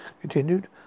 Continued